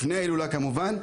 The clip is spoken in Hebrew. לפני ההילולה כמובן,